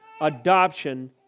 adoption